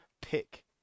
pick